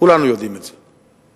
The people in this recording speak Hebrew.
כולנו יודעים את זה.